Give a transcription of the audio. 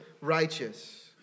righteous